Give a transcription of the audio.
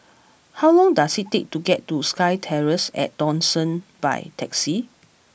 how long does it take to get to SkyTerrace at Dawson by taxi